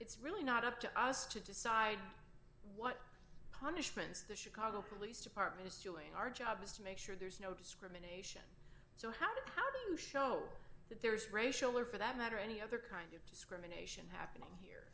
it's really not up to us to decide what punishments the chicago police department is doing our job is to make sure there's no discrimination so how do how do you show that there is racial or for that matter any other kind of discrimination happening here